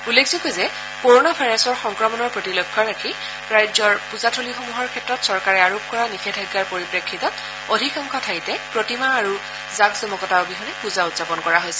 উল্লেখযোগ্য যে কৰণা ভাইৰাছৰ সংক্ৰমণৰ প্ৰতি লক্ষ্য ৰাখি ৰাজ্যৰ পূজাথলীসমূহৰ ক্ষেত্ৰত চৰকাৰে আৰোপ কৰা নিষেধাজ্ঞাৰ পৰিপ্ৰেক্ষিতত অধিকাংশ ঠাইতেই প্ৰতিমা আৰু জাকজমকতা অবিহনে পূজা উদ্যাপন কৰা হৈছে